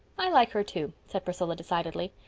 i like her, too, said priscilla, decidedly.